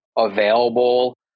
available